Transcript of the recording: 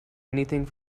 anything